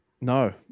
No